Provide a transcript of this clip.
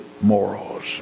morals